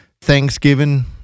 Thanksgiving